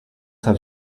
have